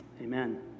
Amen